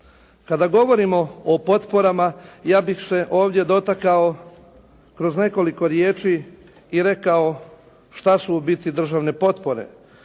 Kada govorimo o potporama ja bih se ovdje dotakao kroz nekoliko riječi i rekao šta su u biti državne potpore?